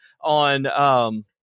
on